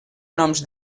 noms